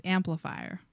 Amplifier